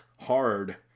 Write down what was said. hard